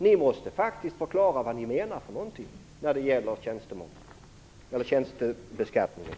Ni måste faktiskt förklara vad ni menar när det gäller tjänstebeskattningen!